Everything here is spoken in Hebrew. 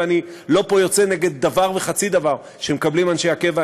ואני לא פה יוצא נגד דבר וחצי דבר שמקבלים אנשי הקבע,